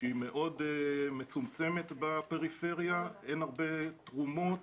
שהיא מאוד מצומצמת בפריפריה, אין הרבה תרומות